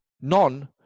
None